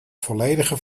volledige